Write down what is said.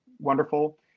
wonderful